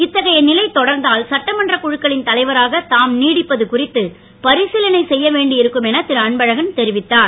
இத்தகைய நிலை தொடர்ந்தால் சட்டமன்றக் குழுக்களின் தலைவராக தாம் நீடிப்பது குறித்து பரிசிலனை செய்ய வேண்டியிருக்கும் என திருஅன்பழகன் தெரிவித்தார்